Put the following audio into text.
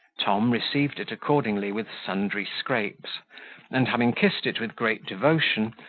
tom received it accordingly with sundry scrapes and, having kissed it with great devotion,